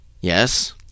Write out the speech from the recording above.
Yes